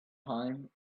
time